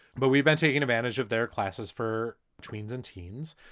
but we've been taking advantage of their classes for tweens and teens,